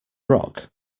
rock